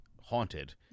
haunted